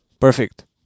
Perfect